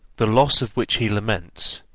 the loss of which he laments,